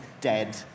dead